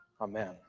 Amen